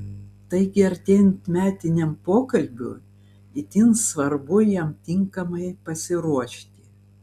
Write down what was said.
taigi artėjant metiniam pokalbiui itin svarbu jam tinkamai pasiruošti